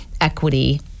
equity